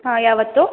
ಹಾಂ ಯಾವತ್ತು